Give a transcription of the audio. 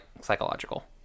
psychological